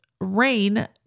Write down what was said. rain